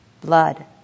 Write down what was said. blood